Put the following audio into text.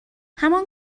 همان